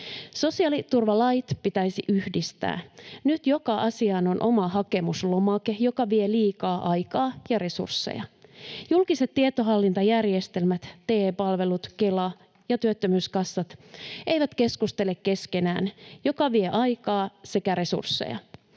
Sosiaaliturvalait pitäisi yhdistää. Nyt joka asiaan on oma hakemuslomake, mikä vie liikaa aikaa ja resursseja. Julkiset tietohallintajärjestelmät, TE-palvelut, Kela ja työttömyyskassat eivät keskustele keskenään, mikä vie aikaa sekä resursseja.